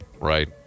right